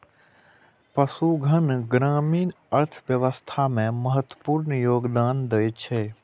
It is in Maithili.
पशुधन ग्रामीण अर्थव्यवस्था मे महत्वपूर्ण योगदान दै छै